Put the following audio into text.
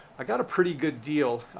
i got a pretty good deal.